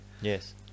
Yes